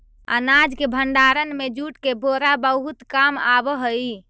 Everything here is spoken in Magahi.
अनाज के भण्डारण में जूट के बोरा बहुत काम आवऽ हइ